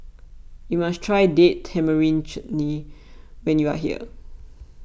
you must try Date Tamarind Chutney when you are here